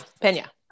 Pena